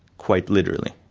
quite literally.